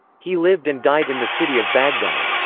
he lived and died in the city of baghdad.